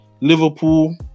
Liverpool